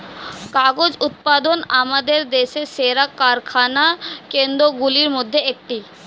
কাগজ উৎপাদন আমাদের দেশের সেরা কারখানা কেন্দ্রগুলির মধ্যে একটি